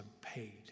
paid